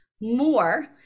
more